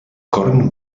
corn